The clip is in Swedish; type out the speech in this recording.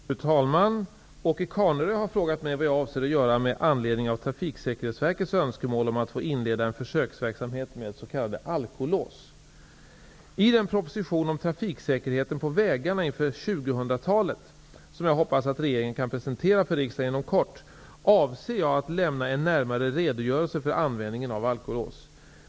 Fru talman! Åke Carnerö har frågat mig vad jag avser att göra med anledning av Trafiksäkerhetsverkets önskemål att få inleda en försöksverksamhet med s.k. alkolås. I den proposition om trafiksäkerheten på vägarna inför 2000-talet, som jag hoppas att regeringen kan presentera för riksdagen inom kort, avser jag att lämna en närmare redogörelse för användningen av alkolås.